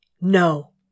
No